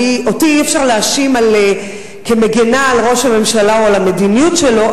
אותי אי-אפשר להאשים כמגינה על ראש הממשלה או על המדיניות שלו,